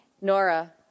Nora